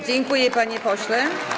Dziękuję, panie pośle.